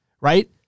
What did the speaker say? right